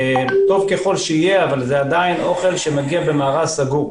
טוב ככל שיהיה, זה עדיין אוכל שמגיע במארז סגור,